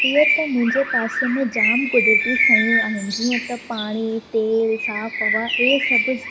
उअं त मुंहिंजे पासे में जाम क़ुदरतियूं शयूं आहिनि जीअं त पाणी तेलु साफ़ु हवा ऐं सभु